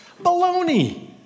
Baloney